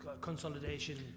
consolidation